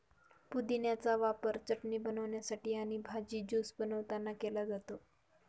पुदिन्याचा वापर चटणी बनवण्यासाठी आणि भाजी, ज्यूस बनवतांना केला जातो